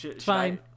fine